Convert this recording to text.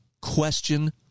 question